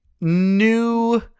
new